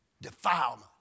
Defilement